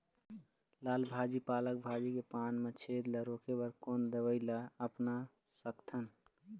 लाल भाजी पालक भाजी के पान मा छेद ला रोके बर कोन दवई ला अपना सकथन?